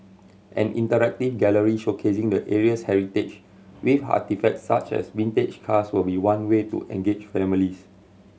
an interactive gallery showcasing the area's heritage with artefacts such as vintage cars will be one way to engage families